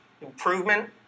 improvement